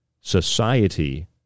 society